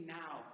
now